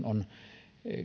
on